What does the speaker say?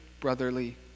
brotherly